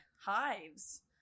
hives